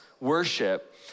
worship